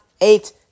eight